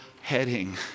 heading